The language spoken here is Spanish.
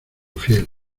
fiel